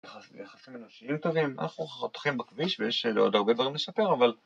יחסים אנושיים טובים, אנחנו חותכים בכביש ויש עוד הרבה דברים לספר אבל